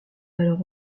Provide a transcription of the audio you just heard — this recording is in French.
alors